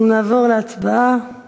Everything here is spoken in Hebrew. אנחנו נעבור להצבעה